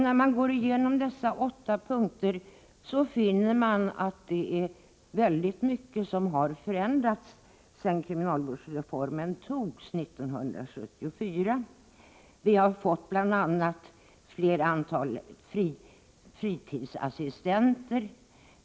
När man går igenom dessa 8 punkter finner man att det är väldigt mycket som har förändrats sedan kriminalvårdsreformen antogs 1974. Vi har bl.a. fått ett större antal fritidsassistenter.